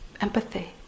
empathy